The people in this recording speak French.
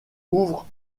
ouvre